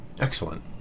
Excellent